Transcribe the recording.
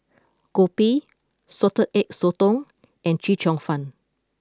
Kopi Salted Egg Sotong and Chee Cheong Fun